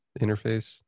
interface